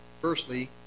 firstly